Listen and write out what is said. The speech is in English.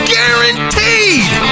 Guaranteed